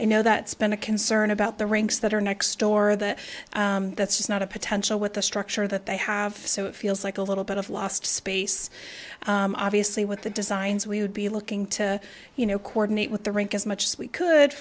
i know that spend a concern about the rinks that are next door that that's not a potential with the structure that they have so it feels like a little bit of lost space obviously with the designs we would be looking to you know coordinate with the rink as much as we could